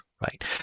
right